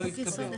עודפים.